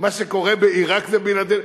מה שקורה בעירק זה בגללנו?